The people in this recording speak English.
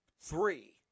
Three